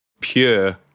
pure